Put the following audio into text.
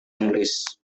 inggris